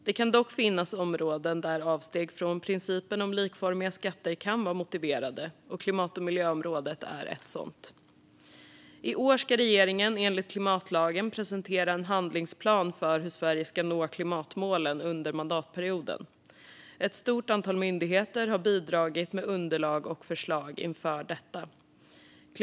Det kan dock finnas områden där avsteg från principen om likformiga skatter kan vara motiverade. Klimat och miljöområdet är ett sådant. I år ska regeringen enligt klimatlagen presentera en handlingsplan för hur Sverige ska nå klimatmålen under mandatperioden. Ett stort antal myndigheter har bidragit med underlag och förslag inför detta.